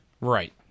Right